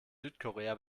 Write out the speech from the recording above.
südkorea